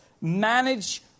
manage